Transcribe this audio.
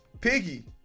piggy